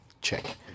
check